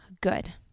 good